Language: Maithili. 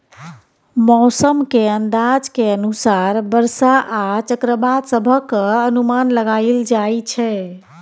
मौसम के अंदाज के अनुसार बरसा आ चक्रवात सभक अनुमान लगाइल जाइ छै